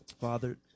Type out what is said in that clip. Father